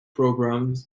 programmes